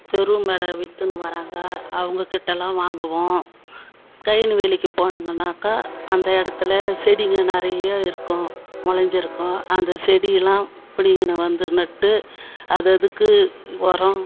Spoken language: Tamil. தெரு மேல விற்றுன்னு வராங்க அவங்ககிட்டலாம் வாங்குவோம் கழனி வேலைக்கு போனோங்கன்னாக்கா அந்த இடத்துல செடிங்கள் நிறையா இருக்கும் முளஞ்சிருக்கும் அந்த செடியெல்லாம் பிடிங்கின்னு வந்து நட்டு அததுக்கு உரம்